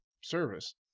service